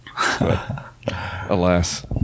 Alas